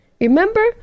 remember